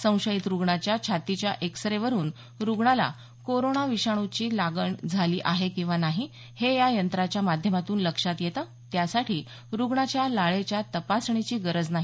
संशयित रुग्णाच्या छातीच्या एक्स रे वरुन रुग्णाला कोरोना विषाणूची लागण झाली आहे किंवा नाही हे या यंत्राच्या माध्यमातून लक्षात येतं त्यासाठी रुग्णाच्या लाळेच्या तपासणीची गरज नाही